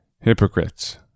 Hypocrites